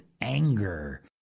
anger